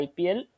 IPL